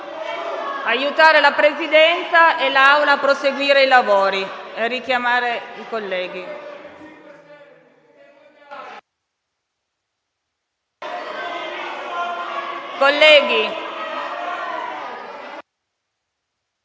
aiutare la Presidenza e l'Assemblea a proseguire i lavori